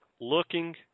looking